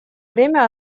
время